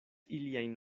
iliajn